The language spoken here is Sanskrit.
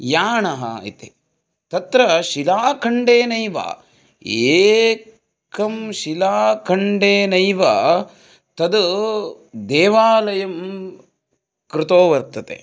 याणः इति तत्र शिलाखण्डेनैव एकं शिलाखण्डेनैव तद्देवालयः कृतो वर्तते